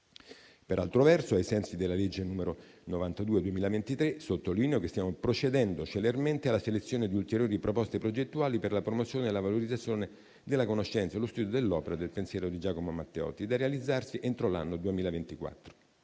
Per altro verso, ai sensi della legge n. 92 del 2023, sottolineo che stiamo procedendo celermente alla selezione di ulteriori proposte progettuali per la promozione e la valorizzazione della conoscenza e lo studio dell'opera e del pensiero di Giacomo Matteotti, da realizzarsi entro l'anno 2024.